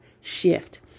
shift